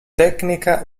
tecnica